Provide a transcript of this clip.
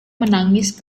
menangis